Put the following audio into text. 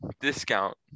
discount